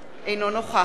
אינה נוכחת